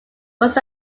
was